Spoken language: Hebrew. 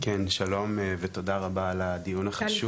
שלום ותודה רבה על הדיון החשוב,